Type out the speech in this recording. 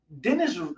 Dennis